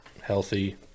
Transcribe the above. healthy